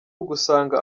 ugusanga